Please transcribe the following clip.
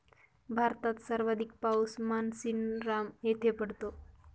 भारतात सर्वाधिक पाऊस मानसीनराम येथे पडतो